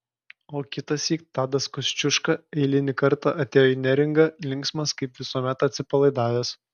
o kitąsyk tadas kosciuška eilinį kartą atėjo į neringą linksmas kaip visuomet atsipalaidavęs